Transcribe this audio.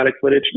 footage